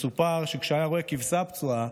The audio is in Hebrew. מסופר שכשהוא היה רואה כבשה פצועה,